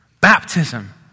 Baptism